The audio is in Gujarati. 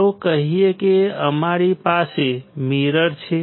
ચાલો કહીએ કે તમારી પાસે મિરર છે